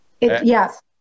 Yes